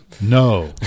No